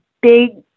big